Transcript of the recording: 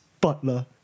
butler